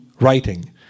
writing